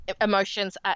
Emotions